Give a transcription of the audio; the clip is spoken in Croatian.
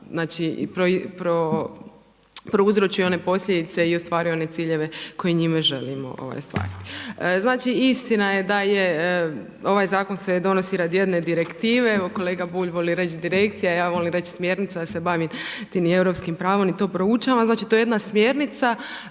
znači prouzročio one posljedice i ostvario one ciljeve koje njime želimo ostvariti. Znači istina je da je ovaj zakon se donosi radi jedne direktive. Evo kolega Bulj voli reći direkcija. Ja volim reći smjernica jer se bavim tim europskim pravom i to proučavam. Znači, to je jedna smjernica